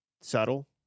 subtle